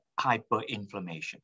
hyperinflammation